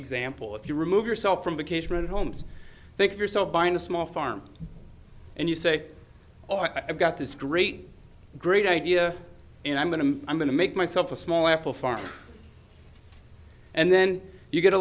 example if you remove yourself from vacation homes think of yourself buying a small farm and you say oh i've got this great great idea and i'm going to i'm going to make myself a small apple farmer and then you get a